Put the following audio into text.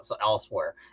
elsewhere